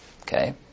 Okay